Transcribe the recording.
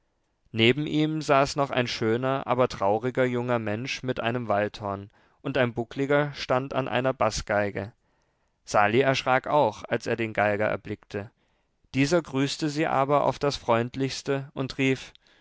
neben ihm saß noch ein schöner aber trauriger junger mensch mit einem waldhorn und ein buckliger stand an einer baßgeige sali erschrak auch als er den geiger erblickte dieser grüßte sie aber auf das freundlichste und rief